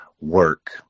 work